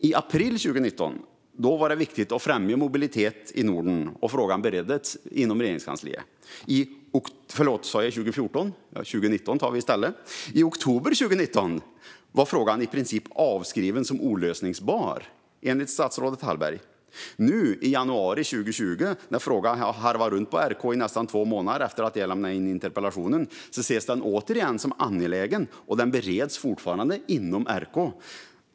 I april 2019 var det viktigt att främja mobilitet i Norden, och frågan bereddes inom Regeringskansliet. I oktober 2019 var frågan i princip avskriven som olösbar, enligt statsrådet Hallberg. Nu i januari 2020 när frågan harvat runt på Regeringskansliet i nästan två månader efter att jag lämnade in interpellationen ses den återigen som angelägen, och den bereds fortfarande inom Regeringskansliet.